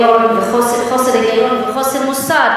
אז אני לא אתן לך את התענוג הזה.